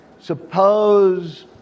Suppose